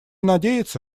надеяться